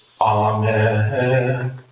Amen